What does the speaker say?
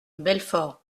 belfort